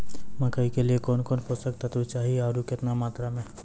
मकई के लिए कौन कौन पोसक तत्व चाहिए आरु केतना मात्रा मे?